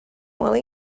while